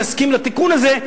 תסכים לתיקון הזה,